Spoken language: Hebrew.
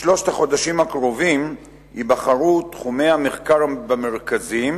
בשלושת החודשים הקרובים ייבחרו תחומי המחקר במרכזים,